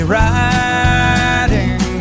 riding